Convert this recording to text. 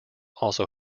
also